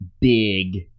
big